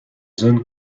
zone